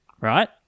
Right